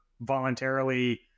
voluntarily